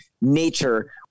nature